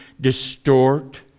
distort